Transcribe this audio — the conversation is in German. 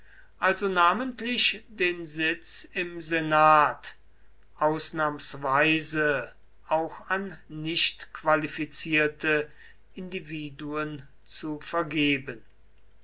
also namentlich den sitz im senat ausnahmsweise auch an nichtqualifizierte individuen zu vergeben